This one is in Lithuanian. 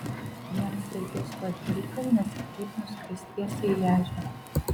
jiems reikės tuoj kilti nes kitaip nuskris tiesiai į ežerą